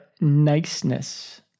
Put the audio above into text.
Niceness